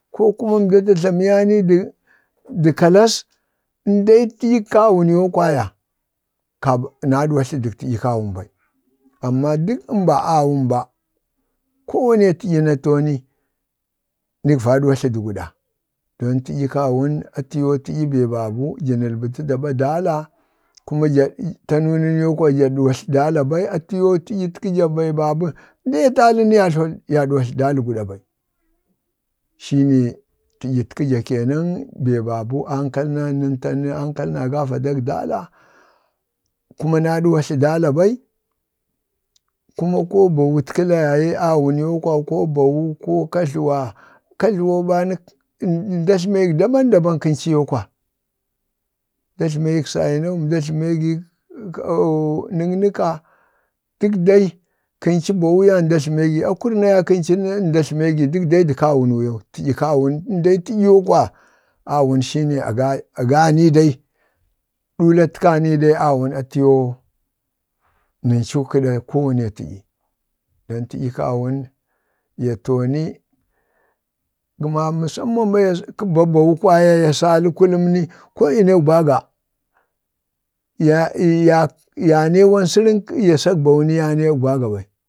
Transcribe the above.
ko kuma nda jlamiya nii dək kalas, ata dai təɗyək kawun yoo kwaya kabə naɗwatlu dək taɗyak-kawun ɓai. amma dək əmba awun ba, ko wanee taɗya na too yoni niig vaɗwat ludu iigwɗa don taɗya kawun atiyoo bee babə ndiəlbətə da ɓa dala, kuma ja tanu nanu yoo kwaya jadwatlu dəla bai atiyoo taɗyat kəja bee babə ən dee ya taali ni ya yadwa tli iigwda bai shine tədiyi kəja kənan bee ba bə tanau ankal nani ankal na gavadak dala kuma naɗwatlu dala bai, kuma ko bawutkala yaye awun yoo kwaya, ko kajluwa kajluwoo ɓani nda jləmee gig dan da-ban kən cii yoo kwajlemee gik ləkləka, dək dai kən cə bawu yaye nda jlamee gi, akurna yaye kən ca ci nda jlamee gi dək kawunu yau, ən dee tiɗyi you kwaya, awun shine agani dai, ii ɗulat kani dai awun atiyoo nən cu kəɗa ko wane taɗyi. don taɗyak kawun ya too ni, gəma məsamman ɓa kə ba bawu kwaya ya sali kuləm ni, ko ya nee akuk baga ya, ya nee iiwan sərən, ya sak bawu ni ya nee akuk baga bai,